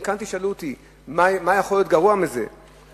אם כאן תשאלו אותי מה יכול להיות גרוע מזה, מאיפה